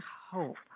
hope